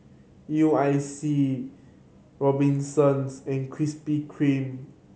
U I C Robinsons and Krispy Kreme